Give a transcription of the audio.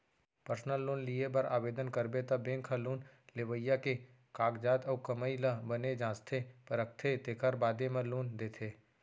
personal loan लिये बर ओवदन करबे त बेंक ह लोन लेवइया के कागजात अउ कमाई ल बने जांचथे परखथे तेकर बादे म लोन देथे